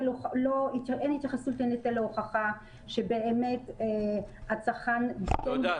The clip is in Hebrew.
אין התייחסות לנטל ההוכחה שבאמת הצרכן --- תודה.